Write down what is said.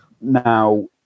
Now